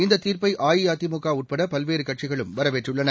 இந்த தீர்ப்பை அஇஅதிமுக உட்பட பல்வேறு கட்சிகளும் வரவேற்றுள்ளன